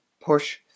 push